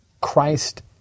Christ